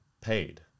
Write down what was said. paid